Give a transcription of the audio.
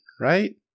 right